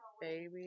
Baby